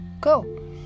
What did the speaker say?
go